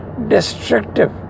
destructive